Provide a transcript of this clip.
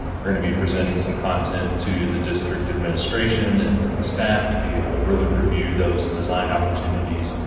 we're going to be presenting some content to the district administration and and the staff to be able to really review those design opportunities,